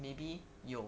maybe you